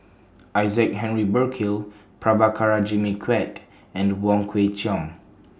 Isaac Henry Burkill Prabhakara Jimmy Quek and Wong Kwei Cheong